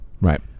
right